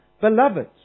beloved